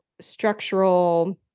structural